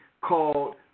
called